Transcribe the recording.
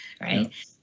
right